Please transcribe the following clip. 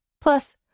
Plus